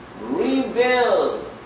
rebuild